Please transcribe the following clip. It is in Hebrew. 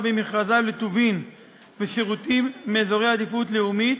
במכרזיו לטובין ולשירותים מאזורי עדיפות לאומית,